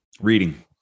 reading